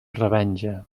revenja